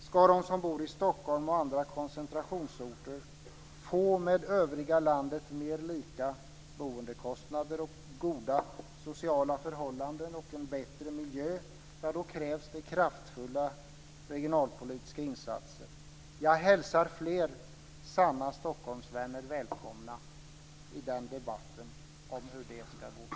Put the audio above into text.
Skall de som bor i Stockholm och andra koncentrationsorter få boendekostnader som mer liknar dem som finns i övriga landet, goda sociala förhållanden och en bättre miljö krävs det kraftfulla regionalpolitiska insatser. Jag hälsar fler sanna Stockholmsvänner välkomna i debatten om hur det skall gå till.